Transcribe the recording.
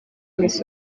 miss